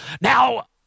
Now